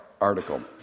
article